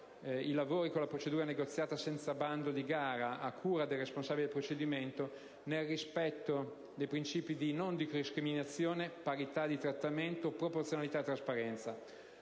i lavori con la procedura negoziata senza bando di gara a cura del responsabile del procedimento, nel rispetto dei principi di non discriminazione, parità di trattamento, proporzionalità e trasparenza,